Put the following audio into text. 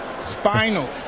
Spinal